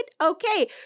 Okay